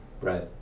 Right